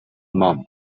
mom